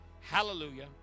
hallelujah